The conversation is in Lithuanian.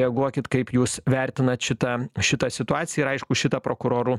reaguokit kaip jūs vertinat šitą šitą situacijąir aišku šitą prokurorų